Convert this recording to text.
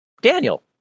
Daniel